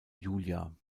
julia